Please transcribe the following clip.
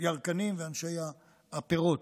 ירקנים ואנשי הפירות.